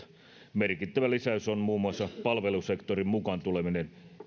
merkittävä lisäys on muun muassa palvelusektorin mukaan tuleminen